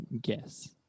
guess